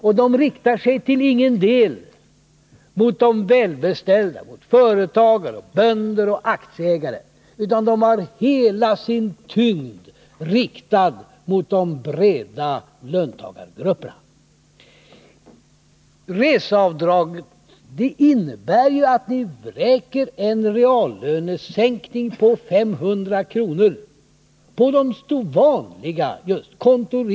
Och dessa nedskärningar riktar sig till ingen del mot de välbeställda, mot företagare, bönder och aktieägare, utan de har hela sin tyngd riktad mot de breda löntagargrupperna. Minskningen av reseavdraget innebär ju att ni vräker bördan av en reallönesänkning på 500 kr. över de stora, vanliga löntagargrupperna.